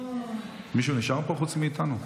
מיכאלי, מישהו נשאר פה, חוץ מאיתנו?